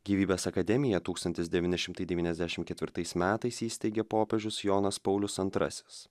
gyvybės akademiją tūkstantis devyni šimtai devyniasdešim ketvirtais metais įsteigė popiežius jonas paulius antrasis